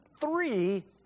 three